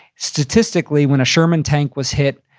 statistically when a sherman tank was hit,